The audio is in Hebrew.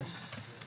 הישיבה